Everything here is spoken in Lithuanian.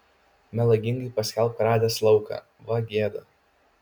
melagingai paskelbk radęs lauką va gėda